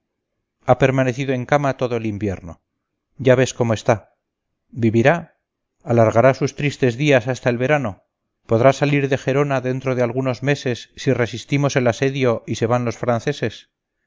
ha permanecido en cama todo el invierno ya ves cómo está vivirá alargará sus tristes días hasta el verano podrá salir de gerona dentro de algunos meses si resistimos el asedio y se van los franceses